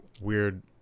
weird